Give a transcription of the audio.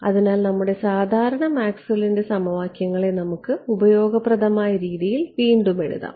അതിനാൽ നമ്മുടെ സാധാരണ മാക്സ്വെല്ലിന്റെ സമവാക്യങ്ങളെ നമുക്ക് ഉപയോഗപ്രദമായ രീതിയിൽ വീണ്ടും എഴുതാം